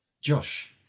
Josh